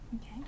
Okay